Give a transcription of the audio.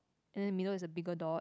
and then below is a bigger dot